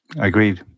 Agreed